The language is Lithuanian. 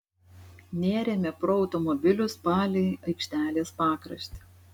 nėrėme pro automobilius palei aikštelės pakraštį